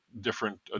different